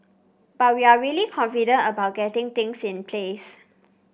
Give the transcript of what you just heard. but we're really confident about getting things in place